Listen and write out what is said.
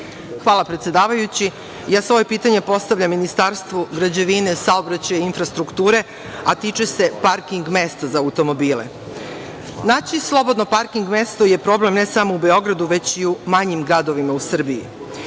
Hvala. Svoje pitanje postavljam Ministarstvu građevine, saobraćaja, infrastrukture, a tiče se parking mesta za automobile. Naći slobodno parking mesto je problem ne samo u Beogradu, već i u manjim gradovima u Srbiji.